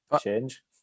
change